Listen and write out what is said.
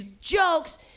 jokes